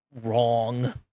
wrong